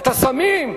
את הסמים?